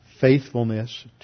faithfulness